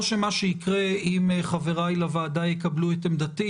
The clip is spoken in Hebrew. או שמה שיקרה אם חבריי לוועדה יקבלו את עמדתי